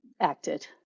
acted